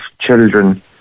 children